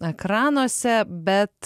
ekranuose bet